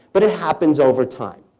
but it happens over time.